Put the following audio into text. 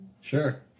Sure